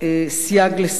סייג לסיוע,